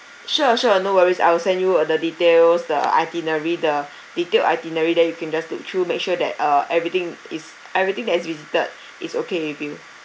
sure sure no worries I will send you uh the details the itinerary the detailed itinerary then you can just look through make sure that uh everything is everything that is visited is okay with you